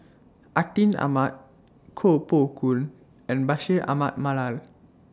Atin Amat Koh Poh Koon and Bashir Ahmad Mallal